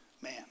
man